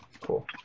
cool